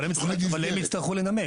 אבל הם יצטרכו לנמק.